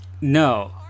No